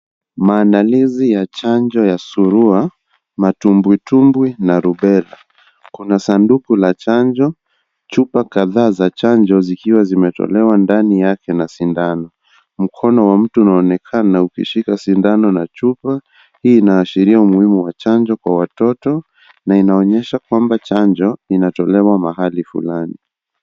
Maandalizi ya chanjo ya surua , matumbwitumbwi na rubella . Kuna sanduku la chanjo , chupa kadhaa za chanjo zikiwa zimetolewa ndani yake na sindano . Mkono wa mtu unaonekana ukishika sindano na chupa . Hii inaashiria umuhimu wa chanjo kwa watoto na inaonyesha kwamba chanjo inatolewa mahali fulani.